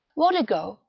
rodigo,